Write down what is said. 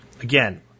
Again